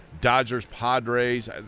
Dodgers-Padres